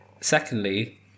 Secondly